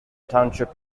township